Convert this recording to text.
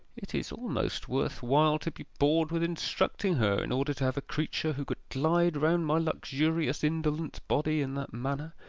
it is almost worth while to be bored with instructing her in order to have a creature who could glide round my luxurious indolent body in that manner,